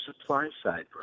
supply-side